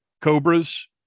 Cobras